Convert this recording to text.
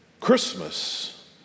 Christmas